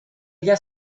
ella